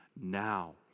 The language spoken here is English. now